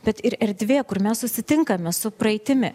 bet ir erdvė kur mes susitinkame su praeitimi